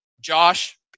Josh